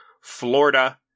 Florida